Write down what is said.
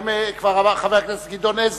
חבר הכנסת גדעון עזרא,